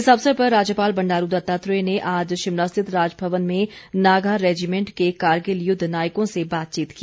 इस अवसर पर राज्यपाल बंडारू दत्तात्रेय ने आज शिमला स्थित राजभवन में नागा रेजिमेंट के कारगिल युद्ध नायकों से बातचीत की